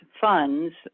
funds